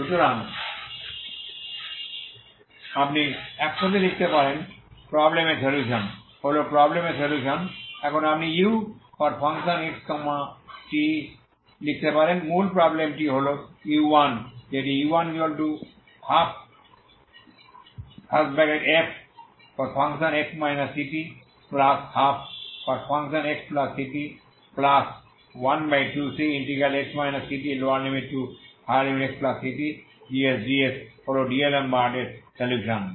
সুতরাং আপনি একসাথে লিখতে পারেন প্রবলেম র সলিউশন হল প্রবলেম র সলিউশন এখন আপনি u x t লিখতে পারেন মূল প্রবলেম টি হল u1 যেটি u112fx ctfxct12cx ctxctgs ds হল ডিআলেমবার্ট এর DAlembert সলিউশন